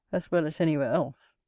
as well as any where else.